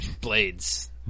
blades